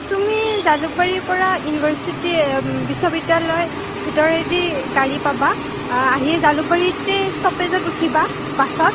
তুমি জালুকবাৰীৰ পৰা ইউনিভাৰ্চিটি বিশ্ববিদ্যালয় ভিতৰেদি গাড়ী পাবা আহিয়েই জালুকবাৰীতেই ষ্ট'পেজত উঠিবা বাছত